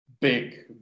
big